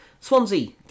Swansea